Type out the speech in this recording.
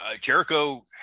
Jericho